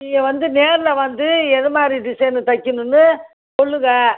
நீங்கள் வந்து நேரில் வந்து எதுமாதிரி டிசைனு தைக்கிணும்னு சொல்லுங்கள்